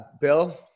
Bill